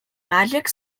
magic